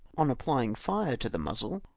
on applying fire to the muzzle,